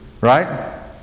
right